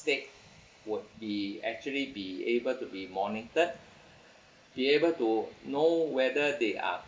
state would be actually be able to be monitored be able to know whether they are